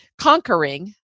conquering